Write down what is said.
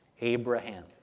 Abraham